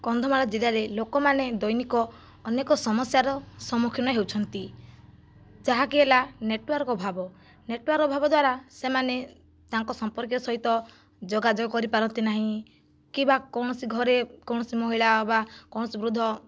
କନ୍ଧମାଳ ଜିଲ୍ଲାରେ ଲୋକମାନେ ଦୈନିକ ଅନେକ ସମସ୍ୟାର ସମ୍ମୁଖୀନ ହେଉଛନ୍ତି ଯାହାକି ହେଲା ନେଟୱାର୍କ ଅଭାବ ନେଟୱାର୍କ ଅଭାବ ଦ୍ଵାରା ସେମାନେ ତାଙ୍କ ସମ୍ପର୍କୀୟ ସହିତ ଯୋଗାଯୋଗ କରିପାରନ୍ତି ନହିଁ କିମ୍ବା କୌଣସି ଘରେ କୌଣସି ମହିଳା ବା କୌଣସି ବୃଦ୍ଧ